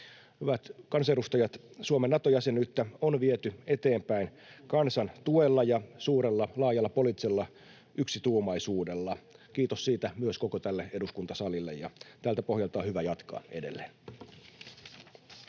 Hyvät kansanedustajat, Suomen Nato-jäsenyyttä on viety eteenpäin kansan tuella ja suurella laajalla poliittisella yksituumaisuudella — kiitos siitä myös koko tälle eduskuntasalille. Tältä pohjalta on hyvä jatkaa edelleen.